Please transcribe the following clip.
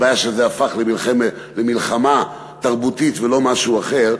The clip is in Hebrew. הבעיה שזה הפך למלחמה תרבותית ולא משהו אחר,